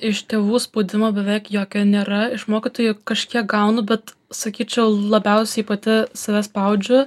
iš tėvų spaudimo beveik jokio nėra iš mokytojų kažkiek gaunu bet sakyčiau labiausiai pati save spaudžiu